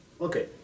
Okay